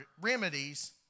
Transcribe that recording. remedies